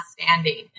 standing